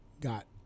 got